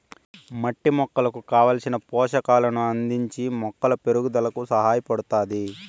మట్టి మొక్కకు కావలసిన పోషకాలను అందించి మొక్కల పెరుగుదలకు సహాయపడుతాది